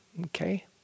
Okay